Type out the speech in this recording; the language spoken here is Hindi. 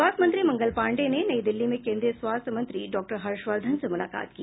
स्वास्थ्य मंत्री मंगल पांडेय ने नई दिल्ली में केन्द्रीय स्वास्थ्य मंत्री डॉ हर्ष वर्धन से मुलाकात की